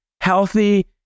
healthy